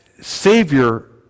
Savior